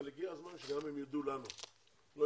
אבל הגיע הזמן שגם הם יודו לנו,